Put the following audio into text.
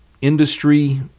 industry